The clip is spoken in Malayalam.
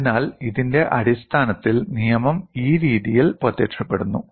അതിനാൽ ഇതിന്റെ അടിസ്ഥാനത്തിൽ നിയമം ഈ രീതിയിൽ പ്രത്യക്ഷപ്പെടുന്നു